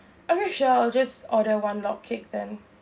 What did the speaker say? okay sure I'll just order one log cake then